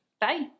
Bye